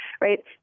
right